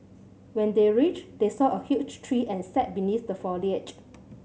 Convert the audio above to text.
when they reached they saw a huge tree and sat beneath the foliage